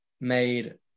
made